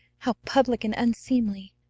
how public and unseemly!